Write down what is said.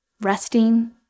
resting